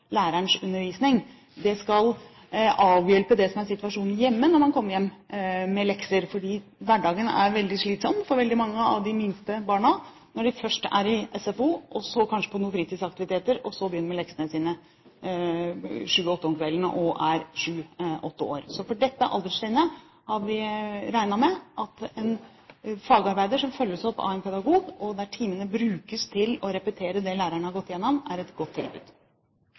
undervisningstiden. Det skal ikke erstatte lærerens undervisning. Det skal avhjelpe situasjonen hjemme, for hverdagen er veldig slitsom for veldig mange av de minste barna, når de først er i SFO, så kanskje på noen fritidsaktiviteter, og så begynner de med leksene klokken sju–åtte om kvelden – og de er sju–åtte år. Så på dette alderstrinnet har vi regnet med at når en fagarbeider følges opp av en pedagog, og timene brukes til å repetere det læreren har gått igjennom, er det et godt tilbud.